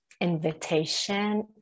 invitation